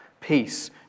peace